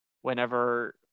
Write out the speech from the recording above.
whenever